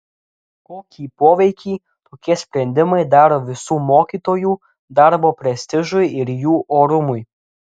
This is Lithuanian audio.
kokį poveikį tokie sprendimai daro visų mokytojų darbo prestižui ir jų orumui